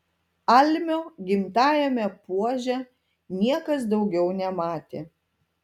almio gimtajame puože niekas daugiau nematė